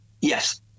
Yes